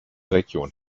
region